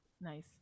nice